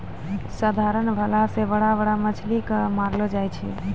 साधारण भाला से बड़ा बड़ा मछली के मारलो जाय छै